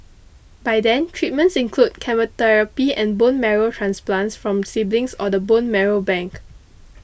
by then treatments include chemotherapy and bone marrow transplants from siblings or the bone marrow bank